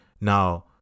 Now